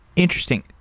interesting.